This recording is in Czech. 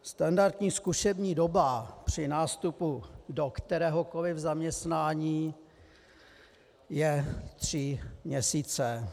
Standardní zkušební doba při nástupu do kteréhokoliv zaměstnání je tři měsíce.